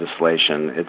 legislation